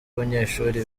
abanyeshuri